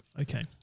Okay